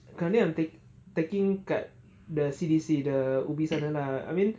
currently I'm tak~ taking kat the C_D_C the ubi sana lah I mean